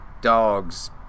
dog's